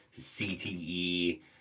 cte